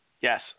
Yes